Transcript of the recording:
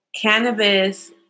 cannabis